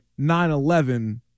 9-11